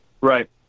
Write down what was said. Right